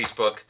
Facebook